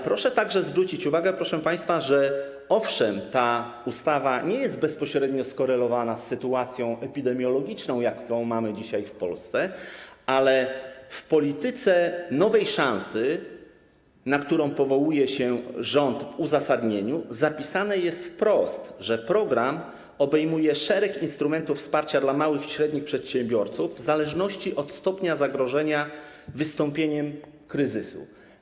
Proszę także zwrócić uwagę, proszę państwa, że owszem, ta ustawa nie jest bezpośrednio skorelowana z sytuacją epidemiologiczną, jaką mamy dzisiaj w Polsce, ale w polityce nowej szansy, na którą powołuje się rząd w uzasadnieniu, zapisane jest wprost, że program obejmuje szereg instrumentów wsparcia dla małych i średnich przedsiębiorców, w zależności od stopnia zagrożenia wystąpieniem kryzysu.